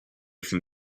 from